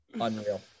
unreal